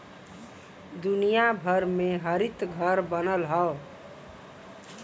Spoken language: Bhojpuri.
दुनिया भर में हरितघर बनल हौ